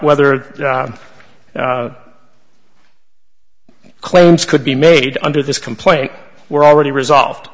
whether the claims could be made under this complaint were already resolved